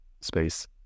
space